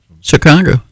Chicago